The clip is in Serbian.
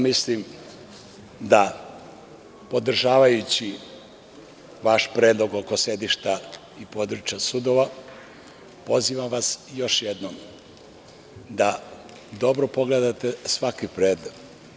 Podržavajući vaš predlog oko sedišta i područja sudova, pozivam vas još jednom da dobro pogledate svaki predlog.